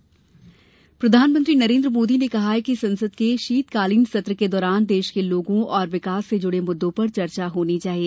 नया संसद बैठक प्रधानमंत्री नरेन्द्र मोदी ने कहा है कि ससंद के शीतकालीन सत्र के दौरान देश के लोगों और विकास से जुड़े मुद्दों पर चर्चा होनी चाहिए